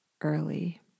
early